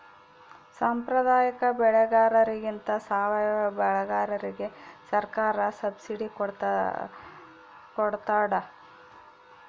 ಸಾಂಪ್ರದಾಯಿಕ ಬೆಳೆಗಾರರಿಗಿಂತ ಸಾವಯವ ಬೆಳೆಗಾರರಿಗೆ ಸರ್ಕಾರ ಸಬ್ಸಿಡಿ ಕೊಡ್ತಡ